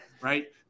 right